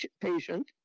patient